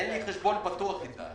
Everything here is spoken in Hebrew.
אין לי חשבון פתוח איתה.